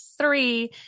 three